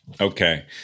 Okay